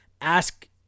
ask